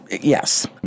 yes